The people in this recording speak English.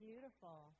Beautiful